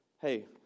hey